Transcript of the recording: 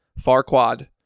Farquad